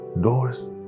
doors